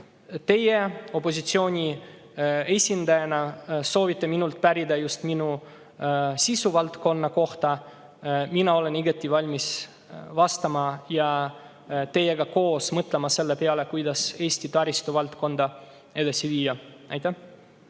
teie opositsiooni esindajana soovite minult pärida just minu sisuvaldkonna kohta. Mina olen igati valmis vastama ja teiega koos mõtlema selle peale, kuidas Eesti taristuvaldkonda edasi viia.